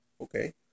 Okay